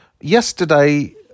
yesterday